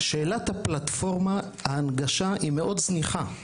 שאלת הפלטפורמה, ההנגשה היא מאוד זניחה.